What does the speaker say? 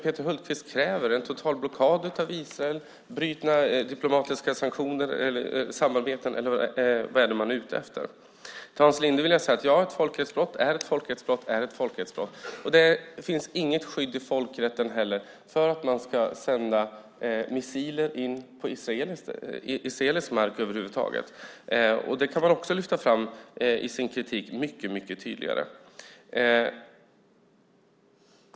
Peter Hultqvist kräver en total blockad av Israel, diplomatiska sanktioner, avbrutet samarbete eller vad det är man är ute efter. Till Hans Linde vill jag säga att ett folkrättsbrott är ett folkrättsbrott är ett folkrättsbrott. Det finns inget skydd i folkrätten heller för missiler som sänds in på israelisk mark. Det kan man också mycket tydligare lyfta fram i sin kritik.